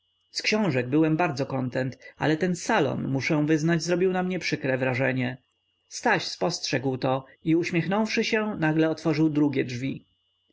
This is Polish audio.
z książek byłem bardzo kontent ale ten salon muszę wyznać zrobił na mnie przykre wrażenie staś spostrzegł to i uśmiechnąwszy się nagle otworzył drugie drzwi